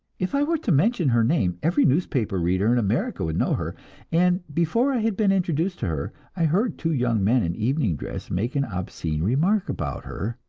if i were to mention her name, every newspaper reader in america would know her and before i had been introduced to her, i heard two young men in evening dress make an obscene remark about her,